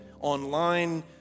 online